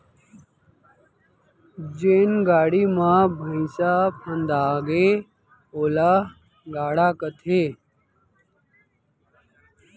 जेन गाड़ी म भइंसा फंदागे ओला गाड़ा कथें